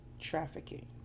trafficking